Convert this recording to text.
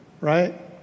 Right